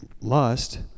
lust